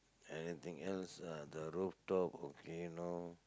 anything else uh the rooftop okay no